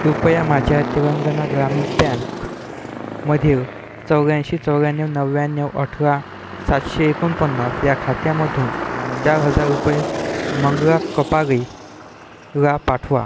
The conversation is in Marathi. कृपया माझ्या तेलंगणा ग्रामीण बँकमधील चौऱ्याऐंशी चौऱ्याण्णव नव्याण्णव अठरा सातशे एकोणपन्नास या खात्यामधून चार हजार रुपये मंगला कपालेला पाठवा